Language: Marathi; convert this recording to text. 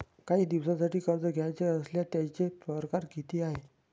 कायी दिसांसाठी कर्ज घ्याचं असल्यास त्यायचे परकार किती हाय?